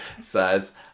says